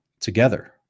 together